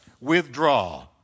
withdraw